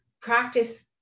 practice